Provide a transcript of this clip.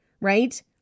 Right